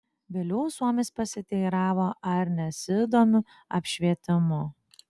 vėliau suomis pasiteiravo ar nesidomiu apšvietimu